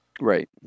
Right